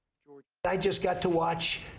but i just got to watch,